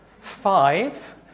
five